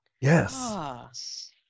Yes